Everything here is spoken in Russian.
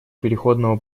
переходного